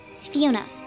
Fiona